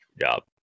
job